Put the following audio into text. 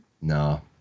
No